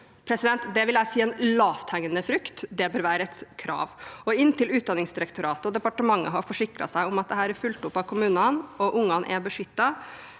Det vil jeg si er en lavthengende frukt; det bør være et krav. Inntil Utdanningsdirektoratet og departementet har forsikret seg om at dette er fulgt opp av kommunene og ungene er beskyttet,